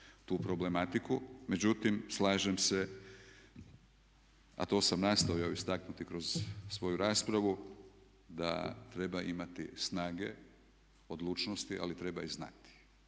tu problematiku, međutim slažem se a to sam nastojao istaknuti kroz svoju raspravu da treba imati snage, odlučnosti ali treba i znati